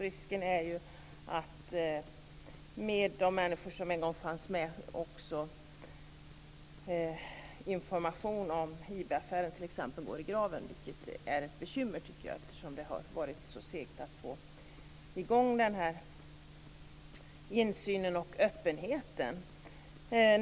Risken är att de människor som har information om t.ex. IB-affären går i graven. Det är ett bekymmer. Det har varit så segt att få den här insynen och öppenheten.